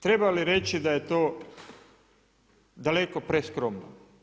Treba li reći da je to daleko preskromno.